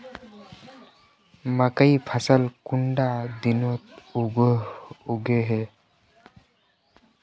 मकई फसल कुंडा दिनोत उगैहे?